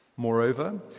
Moreover